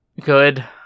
good